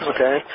Okay